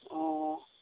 অ